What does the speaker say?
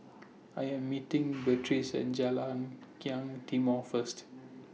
I Am meeting Beatriz At Jalan Kilang Timor First